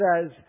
says